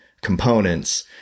components